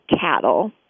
cattle